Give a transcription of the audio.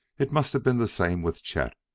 it must have been the same with chet,